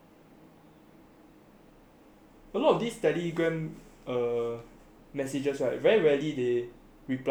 a lot of this Telegram messages right very rarely they reply to me leh I feel